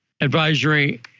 advisory